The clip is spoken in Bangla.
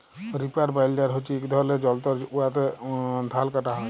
রিপার বাইলডার হছে ইক ধরলের যল্তর উয়াতে ধাল কাটা হ্যয়